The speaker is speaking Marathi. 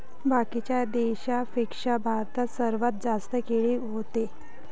बाकीच्या देशाइंपेक्षा भारतात सर्वात जास्त केळी व्हते